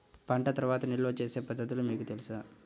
పంట తర్వాత నిల్వ చేసే పద్ధతులు మీకు తెలుసా?